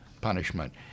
punishment